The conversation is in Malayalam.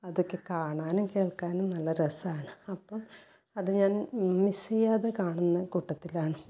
അതൊക്കെ കാണാനും കേൾക്കാനും നല്ല രസമാണ് അപ്പോൾ അത് ഞാൻ മിസ്സ് ചെയ്യാതെ കാണുന്ന കൂട്ടത്തിലാണ്